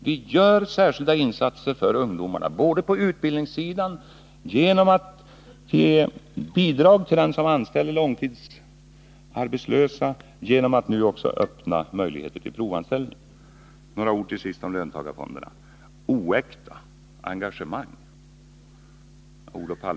Vi gör särskilda insatser för ungdomarna både på utbildningssidan och i arbetslivet genom att ge bidrag till den som anställer långtidsarbetslösa och genom att nu också öppna möjligheter till provanställning. Till sist några ord om löntagarfonderna. Oäkta engagemang, säger Olof Palme.